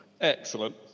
Excellent